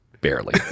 Barely